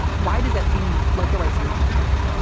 why does it seem like the right solution to you?